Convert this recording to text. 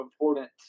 important